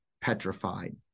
petrified